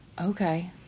Okay